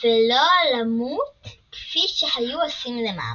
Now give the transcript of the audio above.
ולא למות כפי שהיו עושים למענו.